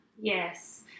yes